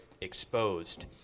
exposed